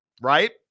right